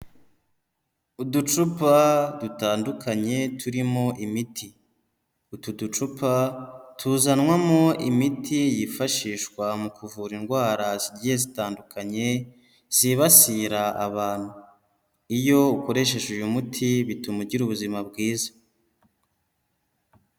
Uducupa dutandukanye turimo imiti, utu ducupa tuzanwamo imiti yifashishwa mu kuvura indwara zigiye zitandukanye zibasira abantu, iyo ukoresheje uyu muti bituma ugira ubuzima bwiza.